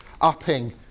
upping